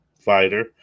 fighter